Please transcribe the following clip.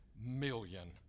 million